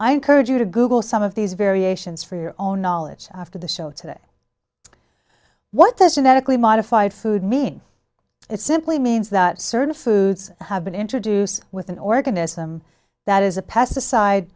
i encourage you to google some of these variations for your own knowledge after the show today what the genetic we modified food meaning it simply means that certain foods have been introduced with an organism that is a pesticide